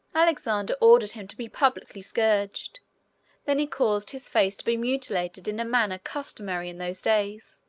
alexander ordered him to be publicly scourged then he caused his face to be mutilated in a manner customary in those days,